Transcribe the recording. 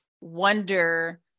wonder